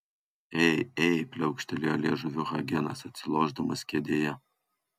ei ei pliaukštelėjo liežuviu hagenas atsilošdamas kėdėje